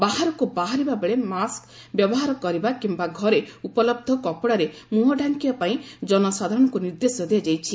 ବାହାରକୁ ବାହାରିବା ବେଳେ ମାସ୍କ ବ୍ୟବହାର କରିବା କିମ୍ବା ଘରେ ଉପଲବ୍ଧ କପଡାରେ ମୁହଁ ଡ଼ାଙ୍କିବା ପାଇଁ ଜନସାଧାରଣଙ୍କୁ ନିର୍ଦ୍ଦେଶ ଦିଆଯାଇଛି